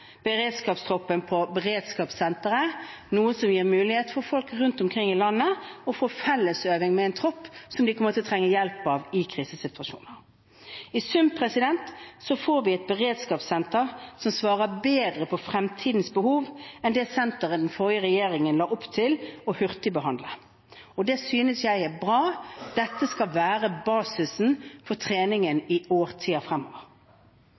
beredskapstroppen på beredskapssenteret, noe som vil gi en mulighet for folk rundt omkring i landet til å få felles øving med en tropp som de kommer til å trenge hjelp av i krisesituasjoner. I sum får vi et beredskapssenter som svarer bedre på fremtidens behov enn det senteret den forrige regjeringen la opp til å hurtigbehandle. Det synes jeg er bra. Dette skal være basisen for treningen i årtier fremover.